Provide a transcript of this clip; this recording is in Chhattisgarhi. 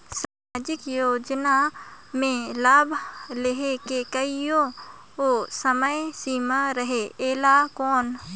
समाजिक योजना मे लाभ लहे के कोई समय सीमा रहे एला कौन?